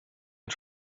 you